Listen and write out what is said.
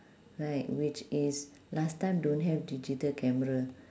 right which is last time don't have digital camera